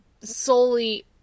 solely